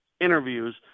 interviews